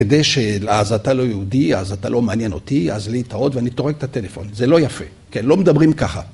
‫כדי ש... אז אתה לא יהודי, ‫אז אתה לא מעניין אותי, ‫אז להתראות, ואני טורק את הטלפון. ‫זה לא יפה. לא מדברים ככה.